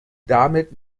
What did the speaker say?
damit